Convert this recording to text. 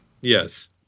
Yes